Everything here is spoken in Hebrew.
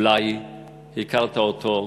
אולי הכרת אותו,